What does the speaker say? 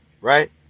right